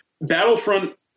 Battlefront